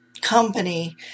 company